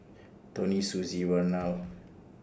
Toni Susie and Vernal